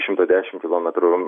šimto dešim kilometrų